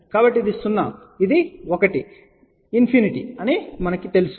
కాబట్టి ఇది 0 ఇది 1 ఇన్ఫినిటీ అని మీకు తెలుసు